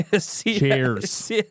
Cheers